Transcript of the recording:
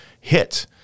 hit